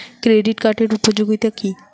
Credit কার্ডের উপযোগিতা কি?